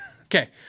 Okay